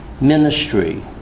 ministry